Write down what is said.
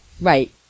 Right